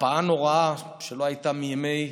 הקפאה נוראה שלא הייתה מימי